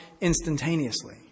instantaneously